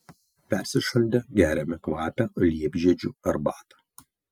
persišaldę geriame kvapią liepžiedžių arbatą